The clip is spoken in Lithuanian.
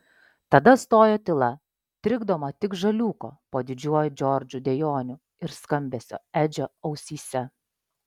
tada stojo tyla trikdoma tik žaliūko po didžiuoju džordžu dejonių ir skambesio edžio ausyse